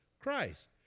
Christ